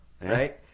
right